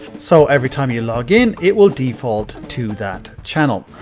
so, every time you log in, it will default to that channel.